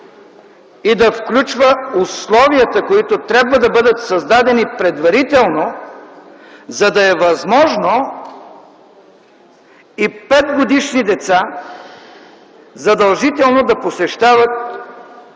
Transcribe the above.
и да включва условията, които трябва да бъдат създадени предварително, за да е възможно и 5-годишни деца задължително да посещават,